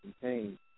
contain